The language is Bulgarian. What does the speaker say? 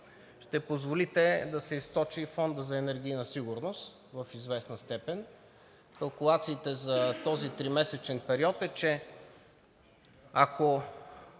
ще позволите да се източи и Фондът за енергийна сигурност в известна степен. Калкулациите за този тримесечен период са, че ако